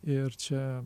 ir čia